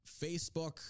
Facebook